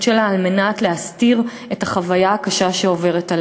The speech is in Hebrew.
שבה על מנת להסתיר את החוויה הקשה שהיא עוברת.